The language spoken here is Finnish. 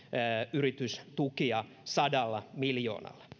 yritystukia sadalla miljoonalla